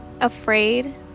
afraid